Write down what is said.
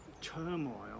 turmoil